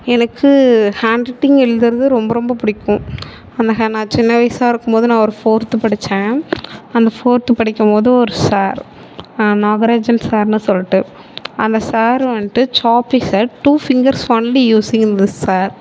எனக்கு hand writing எழுதுவது ரொம்ப ரொம்ப பிடிக்கும் அந் நான் சின்ன வயதா இருக்கும்போது நான் ஒரு ஃபோர்த் படித்தேன் அந்த ஃபோர்த் படிக்கும்போது ஒரு சார் நாகராஜன் சார்னு சொல்லிட்டு அந்த சார் வந்துட்டு சாப்பிஸை two fingers only using in the sir